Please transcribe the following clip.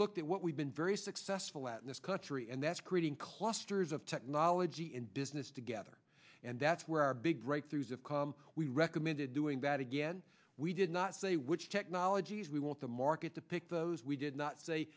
looked at what we've been very successful at in this country and that's creating clusters of technology in business together and that's where our big breakthroughs of come we recommended doing that again we did not say which technologies we want the market to pick those we did not say